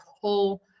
whole